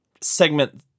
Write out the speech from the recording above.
segment